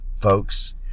folks